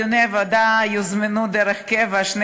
לדיוני הוועדה יוזמנו דרך קבע שני